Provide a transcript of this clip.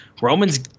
Roman's